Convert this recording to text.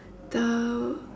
the